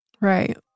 Right